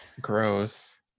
gross